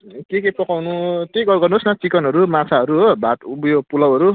के के पकाउनु त्यही गर गर्नु होस् न चिकनहरू माछाहरू हो भात उयो पुलावहरू